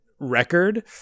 record